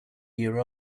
year